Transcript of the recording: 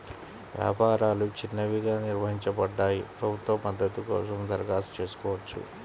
వ్యాపారాలు చిన్నవిగా నిర్వచించబడ్డాయి, ప్రభుత్వ మద్దతు కోసం దరఖాస్తు చేసుకోవచ్చు